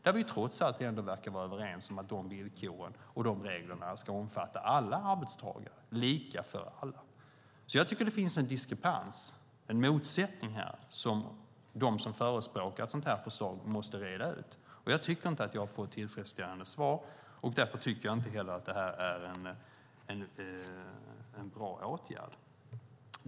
Vi verkar trots allt ändå vara överens om att de villkoren och de reglerna ska omfatta alla arbetstagare, lika för alla. Det finns en diskrepans, en motsättning, som de som förespråkar ett sådant förslag måste reda ut. Jag tycker inte att jag har fått ett tillfredsställande svar, och därför är detta inte en bra åtgärd.